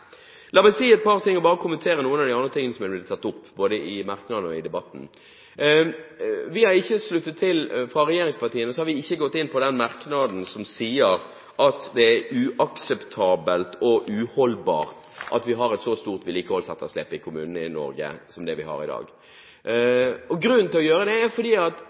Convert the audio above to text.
La meg bare kommentere noen av de andre tingene som har blitt tatt opp både i merknadene og i debatten. Fra regjeringspartienes side har vi ikke gått inn på den merknaden som sier at det er uakseptabelt og uholdbart at vi har et så stort vedlikeholdsetterslep i kommunene i Norge som det vi har i dag. Grunnen til det er at nøyaktig de samme representantene for nøyaktig de samme partiene – både flertallet og